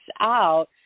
out